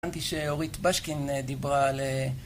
קראתי שאורית בשקין דיברה על...